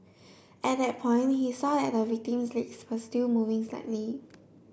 at that point he saw that the victim's legs were still moving slightly